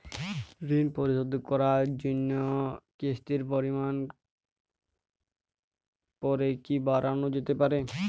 ঋন পরিশোধ করার জন্য কিসতির পরিমান পরে কি বারানো যেতে পারে?